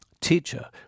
teacher